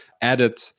added